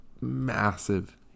massive